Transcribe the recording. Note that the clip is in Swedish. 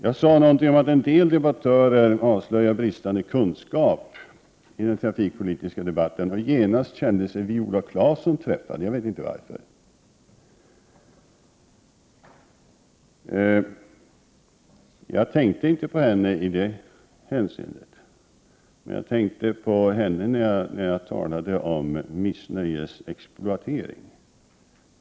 Jag sade något om att en del debattörer i denna trafikpolitiska debatt avslöjar bristande kunskaper, och genast kände sig Viola Claesson träffad. Jag vet inte varför. Jag tänkte inte på henne i detta fall, men jag tänkte på henne när jag talade om missnöjesexploatering.